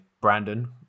Brandon